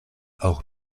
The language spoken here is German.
auch